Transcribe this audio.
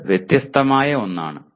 അത് വ്യത്യസ്തമായ ഒന്നാണ്